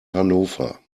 hannover